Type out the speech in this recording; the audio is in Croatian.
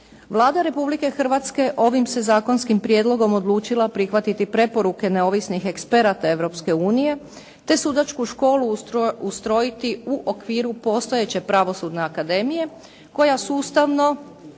Vlada Republike Hrvatske ovim se zakonskim prijedlogom odlučila prihvatiti preporuke neovisnih eksperata Europske unije, te sudačku školu ustrojiti u okvire postojeće Pravosudne akademije, koja sustavno